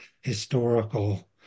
historical